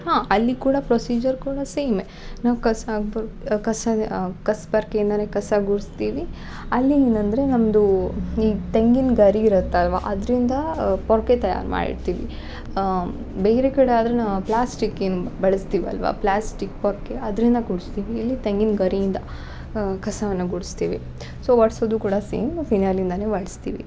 ಹಾಂ ಅಲ್ಲಿ ಕೂಡ ಪ್ರೊಸೀಜರ್ ಕೂಡ ಸೇಮೆ ನಾವ್ ಕಸ ಕ ಕಸದೇ ಕಸ ಪರ್ಕೆಯಿಂದನೆ ಕಸ ಗುಡ್ಸ್ತಿವಿ ಅಲ್ಲಿ ಏನಂದರೆ ನಮ್ಮದು ಈಗ ತೆಂಗಿನ ಗರಿ ಇರತ್ತಲ್ಲವಾ ಅದ್ರಿಂದ ಪೊರ್ಕೆ ತಯಾರು ಮಾಡಿರ್ತೀವಿ ಬೇರೆ ಕಡೆ ಆದರೆ ನಾವು ಪ್ಲಾಸ್ಟಿಕ್ ಏನು ಬಳಸ್ತಿವಲ್ಲವಾ ಪ್ಲಾಸ್ಟಿಕ್ ಪೊರ್ಕೆ ಅದರಿಂದ ಗುಡ್ಸ್ತೀವಿ ಇಲ್ಲಿ ತೆಂಗಿನ ಗರಿಯಿಂದ ಕಸವನ್ನ ಗುಡ್ಸ್ತಿವಿ ಸೊ ವರ್ಸುದು ಕೂಡ ಸೇಮ್ ಫಿನಾಯ್ಲ್ಯಿಂದನೆ ವರ್ಸ್ತೀವಿ